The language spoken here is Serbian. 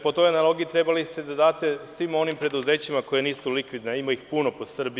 Po toj analogiji trebali ste da date svima onim preduzećima koja nisu likvidna, a ima ih puno po Srbiji.